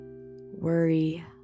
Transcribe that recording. worry